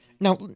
Now